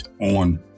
on